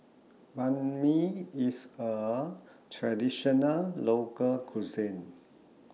Banh MI IS A Traditional Local Cuisine